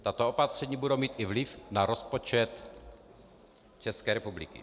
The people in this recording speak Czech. Tato opatření budou mít vliv na rozpočet České republiky.